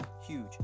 huge